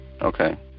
okay